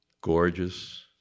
Gorgeous